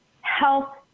health